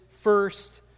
first